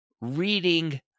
reading